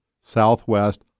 Southwest